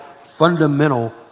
Fundamental